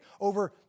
over